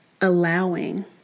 allowing